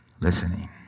listening